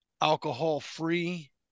alcohol-free